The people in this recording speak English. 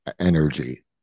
energy